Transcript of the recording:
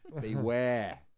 Beware